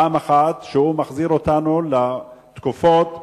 פעם אחת כשהוא מחזיר אותנו לתקופות שהשוויון,